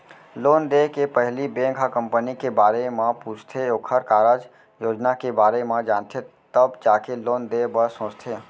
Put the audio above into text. loan देय के पहिली बेंक ह कंपनी के बारे म पूछथे ओखर कारज योजना के बारे म जानथे तब जाके लोन देय बर सोचथे